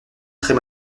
très